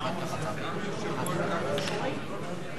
אפשר להמשיך, אבל צריך לסיים.